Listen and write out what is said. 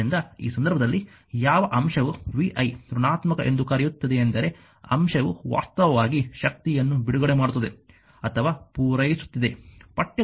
ಆದ್ದರಿಂದ ಈ ಸಂದರ್ಭದಲ್ಲಿ ಯಾವ ಅಂಶವು vi ಋಣಾತ್ಮಕ ಎಂದು ಕರೆಯುತ್ತದೆಯೆಂದರೆ ಅಂಶವು ವಾಸ್ತವವಾಗಿ ಶಕ್ತಿಯನ್ನು ಬಿಡುಗಡೆ ಮಾಡುತ್ತದೆ ಅಥವಾ ಪೂರೈಸುತ್ತಿದೆ